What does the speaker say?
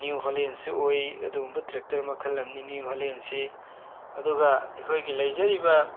new ꯍꯣꯂꯦꯟꯁꯨ ꯎꯏ ꯑꯗꯨꯒꯨꯝꯕ ꯇ꯭ꯔꯦꯛꯇꯔ ꯃꯈꯜ ꯑꯃꯅꯤ ꯅ꯭ꯌꯨ ꯍꯣꯂꯦꯟꯁꯤ ꯑꯗꯨꯒ ꯑꯩꯈꯣꯏꯒꯤ ꯂꯩꯖꯔꯤꯕ